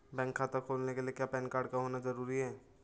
Bank खाता खोलने के लिए क्या पैन कार्ड का होना ज़रूरी है?